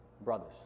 brothers